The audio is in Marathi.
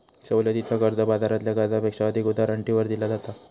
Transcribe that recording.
सवलतीचा कर्ज, बाजारातल्या कर्जापेक्षा अधिक उदार अटींवर दिला जाता